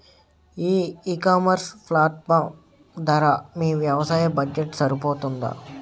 ఈ ecommerce platform ధర మీ వ్యవసాయ బడ్జెట్ సరిపోతుందా?